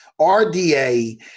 RDA